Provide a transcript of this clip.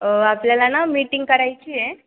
आपल्याला ना मीटिंग करायची आहे